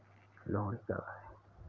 लोहड़ी कब है?